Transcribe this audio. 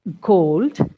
gold